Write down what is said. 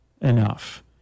enough